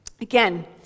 Again